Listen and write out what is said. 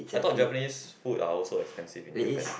I thought Japanese food are also expensive in Japan